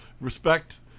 respect